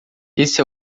esse